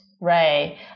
Right